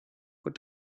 put